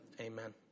Amen